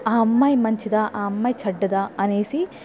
ఆ అమ్మాయి మంచిదా ఆ అమ్మాయి చెడ్డదా అనేసి